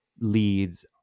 leads